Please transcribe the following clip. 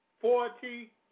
forty